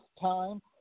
time